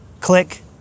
click